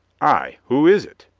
ay, who is it?